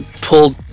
Pulled